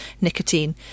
nicotine